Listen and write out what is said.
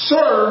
Sir